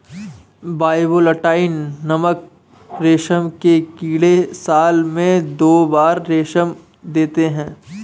bivoltine नामक रेशम के कीड़े साल में दो बार रेशम देते है